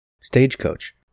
Stagecoach